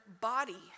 body